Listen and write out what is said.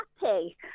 happy